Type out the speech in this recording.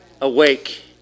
awake